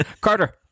Carter